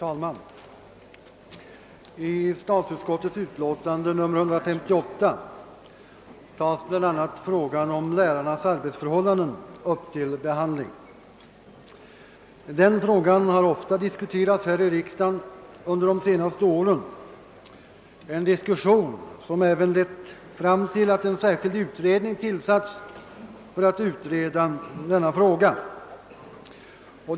Herr talman! I statsutskottets utlåtande nr 158 tas bl.a. frågan om lärarnas arbetsförhållanden upp till behandling. Den frågan har ofta diskuterats här i riksdagen under de senaste åren, en diskussion som även lett till att en särskild utredning tillsatts i frågan.